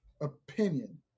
opinion